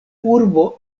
urbo